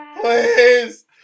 Please